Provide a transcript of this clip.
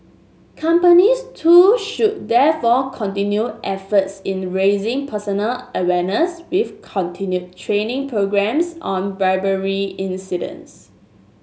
companies too should therefore continue efforts in raising personal awareness with continued training programmes on bribery incidents